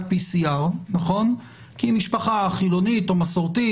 PCR כי היא משפחה חילונית או מסורתית,